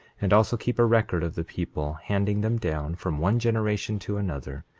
and also keep a record of the people, handing them down from one generation to another,